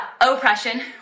oppression